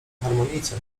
harmonijce